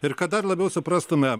ir kad dar labiau suprastumėme